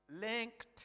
linked